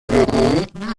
مقررات